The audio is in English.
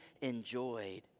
enjoyed